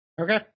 Okay